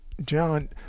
John